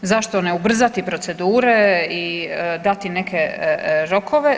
Zašto ne ubrzati procedure i dati neke rokove?